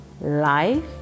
life